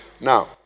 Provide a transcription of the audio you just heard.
Now